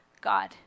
god